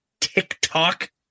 TikTok